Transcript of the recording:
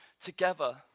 together